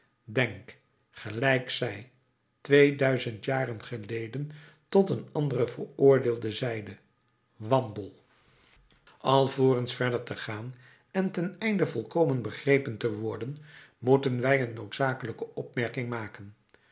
denk gelijk zij twee duizend jaren geleden tot een anderen veroordeelde zeide wandel alvorens verder te gaan en ten einde volkomen begrepen te worden moeten wij een noodzakelijke opmerking maken